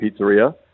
pizzeria